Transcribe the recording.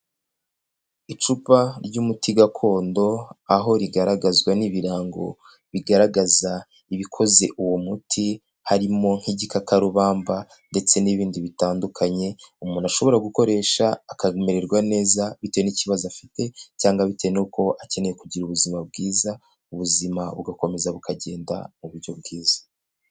Icupa ry'umuti gakondo aho rigaragazwa n'ibirango bigaragaza ibikoze uwo muti harimo nk'igikakarubamba ndetse n'ibindi bitandukanye umuntu ashobora gukoresha akabimererwa neza bitewe n'ikibazo afite cyangwa bitewe n'uko akeneye kugira ubuzima bwiza, ubuzima bugakomeza bukagenda mu buryo bwiza.